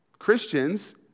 Christians